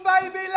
Baby